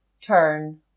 turn